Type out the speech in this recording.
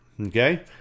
okay